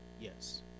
yes